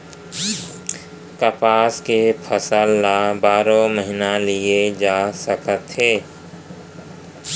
कपसा के फसल ल बारो महिना लिये जा सकत हे